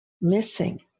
missing